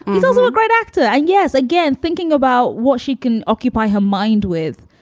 he's also a great actor. i guess, again, thinking about what she can occupy her mind with,